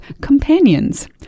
Companions